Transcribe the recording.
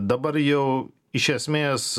dabar jau iš esmės